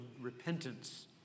repentance